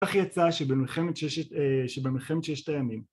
‫כך יצא שבמלחמת ששת אה... שבמלחמת ששת הימים.